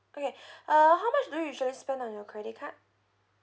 okay uh how much do you usually spend on your credit card